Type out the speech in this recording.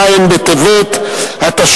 ז' בטבת התשע"א,